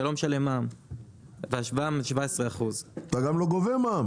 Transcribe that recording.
אתה לא משלם מע"מ של 17%. אתה גם לא גובה מע"מ.